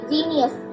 Genius